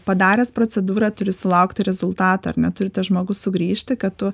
padaręs procedūrą turi sulaukti rezultato ar ne turi tas žmogus sugrįžti kad tu